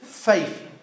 Faith